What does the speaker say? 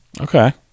Okay